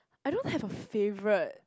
I don't have a favourite